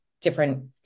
different